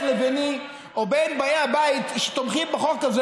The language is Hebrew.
לביני או בין באי הבית שתומכים בחוק הזה,